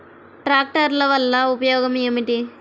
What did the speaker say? ట్రాక్టర్ల వల్ల ఉపయోగం ఏమిటీ?